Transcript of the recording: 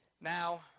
Now